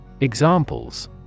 Examples